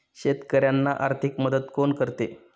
शेतकऱ्यांना आर्थिक मदत कोण करते?